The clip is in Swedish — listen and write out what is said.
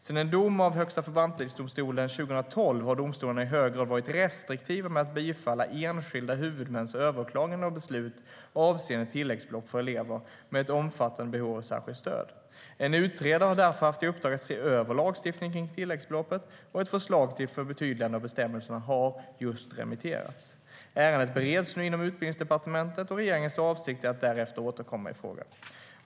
Efter en dom av Högsta förvaltningsdomstolen sommaren 2012 har domstolarna i hög grad varit restriktiva med att bifalla enskilda huvudmäns överklaganden av beslut avseende tilläggsbelopp för elever med ett omfattande behov av särskilt stöd. En utredare har därför haft i uppdrag att se över lagstiftningen om tilläggsbeloppen, och ett förslag till förtydligande av bestämmelserna har just remitterats. Ärendet bereds nu inom Utbildningsdepartementet, och regeringens avsikt är att därefter återkomma i frågan.